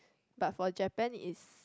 but for Japan is